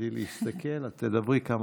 שם, הן לא